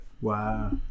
Wow